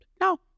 No